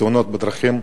בתאונות הדרכים,